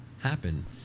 happen